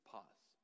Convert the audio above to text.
Pause